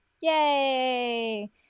Yay